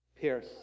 pierce